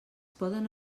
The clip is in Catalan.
poden